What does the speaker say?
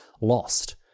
lost